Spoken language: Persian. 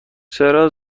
چرا